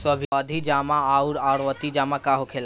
सावधि जमा आउर आवर्ती जमा का होखेला?